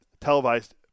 televised